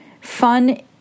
fun